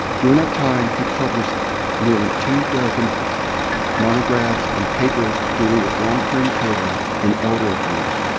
during that time, he published nearly two dozen monographs and papers dealing with long-term care and elder abuse.